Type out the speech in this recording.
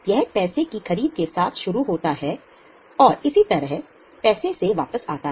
यह पैसे की खरीद के साथ शुरू होता है और इसी तरह पैसे वापस आता है